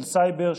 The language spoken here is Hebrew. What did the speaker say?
של סייבר,